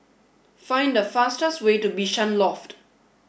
find the fastest way to Bishan Loft